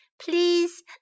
Please